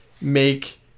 make